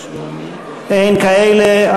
אין כאלה.